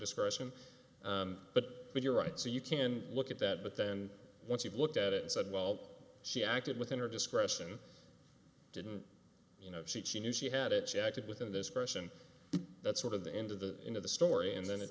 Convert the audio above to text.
discretion but you're right so you can look at that but then once you've looked at it and said well she acted within her discretion didn't you know she she knew she had it she acted within this person that's sort of the end of the end of the story and then it